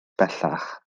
bellach